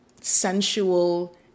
sensual